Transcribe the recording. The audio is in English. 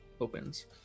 opens